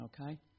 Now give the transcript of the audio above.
Okay